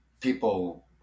People